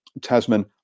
Tasman